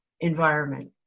environment